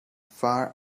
far